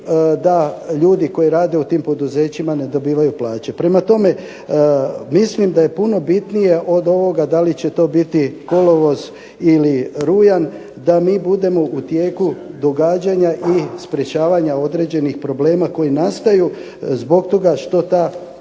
da ljudi koji rade u tim poduzećima ne dobivaju plaće. Prema tome mislim da je puno bitnije od ovoga da li će to biti kolovoz ili rujan da mi budemo u tijeku događanja i sprečavanja određenih problema koji nastaju zbog toga što ta državna